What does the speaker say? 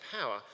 power